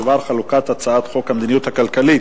בדבר חלוקת הצעת חוק המדיניות הכלכלית